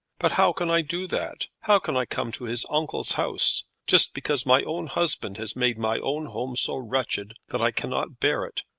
but how can i do that? how can i come to his uncle's house, just because my own husband has made my own home so wretched that i cannot bear it.